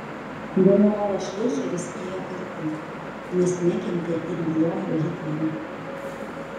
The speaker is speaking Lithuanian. generolas šleicheris ėjo kartu nes nekentė ir bijojo hitlerio